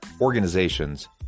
organizations